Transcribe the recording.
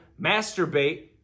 masturbate